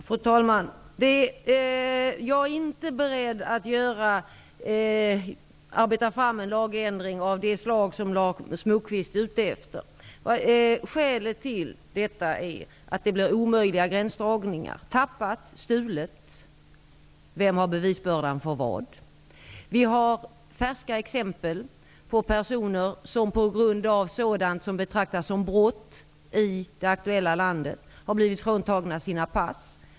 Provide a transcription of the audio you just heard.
Fru talman! Jag är inte beredd att arbeta fram en lagändring av det slag som Lars Moquist är ute efter. Skälet till det är att det blir omöjliga gränsdragningar. Är passet tappat eller stulet? Vem har bevisbördan för vad? Vi har färska exempel på personer som på grund av sådant som betraktas som brott i det aktuella landet har blivit fråntagna sina pass.